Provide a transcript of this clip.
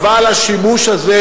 אבל השימוש הזה,